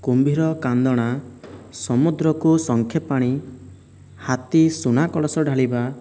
କୁମ୍ଭୀର କାନ୍ଦଣା ସମୁଦ୍ରକୁ ଶଙ୍ଖେ ପାଣି ହାତୀ ସୁନା କଳସ ଢ଼ାଳିବା